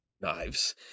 knives